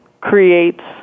creates